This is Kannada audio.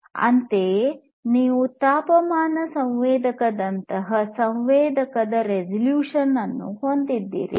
ಅಂತೆಯೇ ನೀವು ತಾಪಮಾನ ಸಂವೇದಕದಂತಹ ಸಂವೇದಕದ ರೆಸಲ್ಯೂಶನ್ ಅನ್ನು ಹೊಂದಿದ್ದೀರಿ